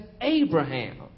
Abraham